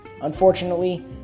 Unfortunately